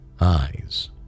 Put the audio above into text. eyes